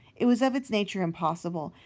it was of its nature impossible.